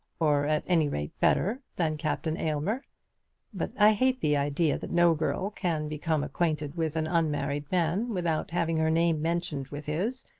or at any rate better, than captain aylmer but i hate the idea that no girl can become acquainted with an unmarried man without having her name mentioned with his,